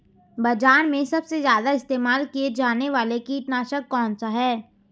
बाज़ार में सबसे ज़्यादा इस्तेमाल किया जाने वाला कीटनाशक कौनसा है?